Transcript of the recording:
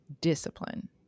discipline